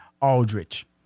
Aldrich